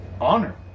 honor